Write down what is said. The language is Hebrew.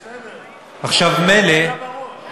נו, בסדר, נכון.